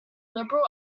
liberal